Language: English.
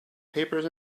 papers